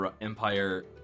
Empire